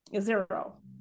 zero